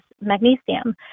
magnesium